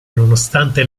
nonostante